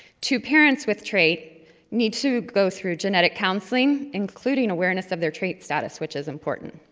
two parents with trait need to go through genetic counseling, including awareness of their trait status, which is important.